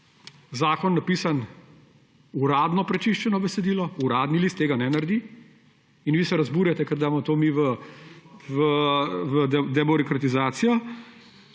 zakon napisan kot uradno prečiščeno besedilo, Uradni list tega ne naredi. In vi se razburjate, ker damo to mi v debirokratizacijo!